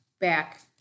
back